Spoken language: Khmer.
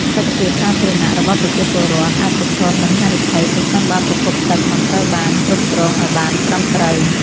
សុខភាពសាធារណៈរបស់ប្រជាពលរដ្ឋអាចប្រឈមនឹងហានិភ័យ ប្រសិនបើប្រភពទឹកមិនត្រូវបានគ្រប់គ្រងឱ្យបានត្រឹមត្រូវ។